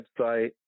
website